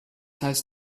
heißt